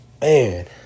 man